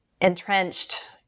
entrenched